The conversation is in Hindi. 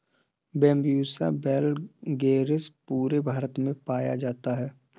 बैम्ब्यूसा वैलगेरिस पूरे भारत में पाया जाता है